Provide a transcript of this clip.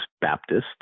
Baptist